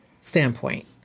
standpoint